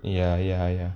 ya ya ya